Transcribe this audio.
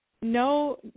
no